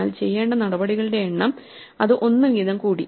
എന്നാൽ ചെയ്യേണ്ട നടപടികളുടെ എണ്ണം അത് ഒന്ന് വീതം കൂടി